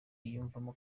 yiyumvamo